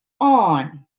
on